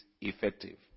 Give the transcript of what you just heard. effective